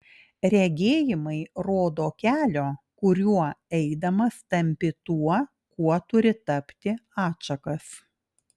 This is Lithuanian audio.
regėjimai rodo kelio kuriuo eidamas tampi tuo kuo turi tapti atšakas